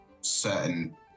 certain